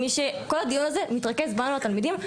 כל הדיון הזה מתרכז בנו, התלמידים.